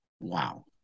Wow